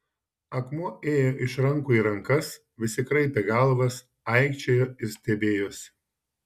akmuo ėjo iš rankų į rankas visi kraipė galvas aikčiojo ir stebėjosi